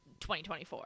2024